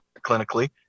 clinically